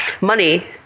money